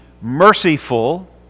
merciful